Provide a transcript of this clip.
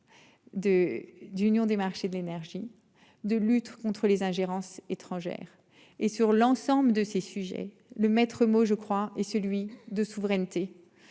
d'union des marchés de l'énergie de lutte contre les ingérences étrangères et sur l'ensemble de ces sujets, le maître mot je crois et celui de souveraineté.